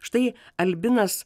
štai albinas